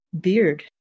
beard